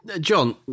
John